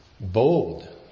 Bold